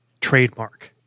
trademark